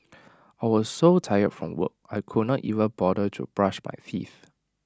I was so tired from work I could not even bother to brush my teeth